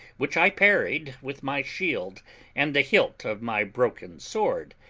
which i parried with my shield and the hilt of my broken sword,